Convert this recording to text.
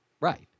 Right